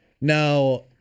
Now